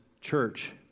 church